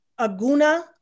Aguna